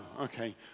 Okay